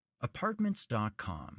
Apartments.com